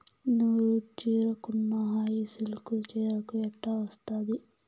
నూరు చీరకున్న హాయి సిల్కు చీరకు ఎట్టా వస్తాది